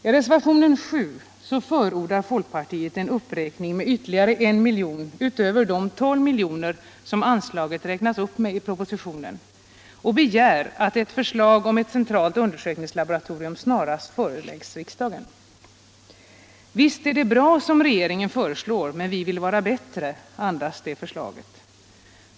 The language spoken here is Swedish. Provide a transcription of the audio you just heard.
I reservationen 7 förordar folkpartiet en uppräkning med ytterligare 1 milj.kr. utöver de 12 miljoner som anslaget räknats upp med i propositionen, och man begär att ett förslag om ett centralt undersökningslaboratorium snarast föreläggs riksdagen. Det förslaget andas ungefär: visst är det bra som regeringen föreslår, men vi vill vara bättre.